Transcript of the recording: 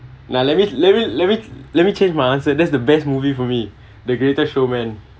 nah let me let me let me let me change my answer that's the best movie for me the greatest showman